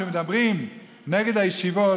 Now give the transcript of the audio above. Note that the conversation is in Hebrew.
כשמדברים נגד הישיבות,